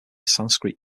sanskrit